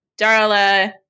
Darla